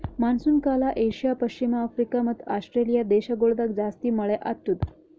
monsoon ಕಾಲ Asia, ಪಶ್ಚಿಮ Africa ಮತ್ತ ಆಸ್ಟ್ರೇಲಿಯಾ ದೇಶಗೊಳ್ದಾಗ್ ಜಾಸ್ತಿ ಮಳೆ ಆತ್ತುದ್